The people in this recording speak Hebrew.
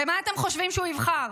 במה אתם חושבים שהוא יבחר?